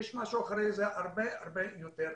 אחרי זה יש משהו הרבה יותר חשוב.